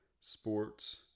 sports